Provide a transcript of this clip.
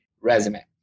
resume